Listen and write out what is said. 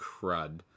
crud